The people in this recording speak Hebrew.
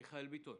מיכאל ביטון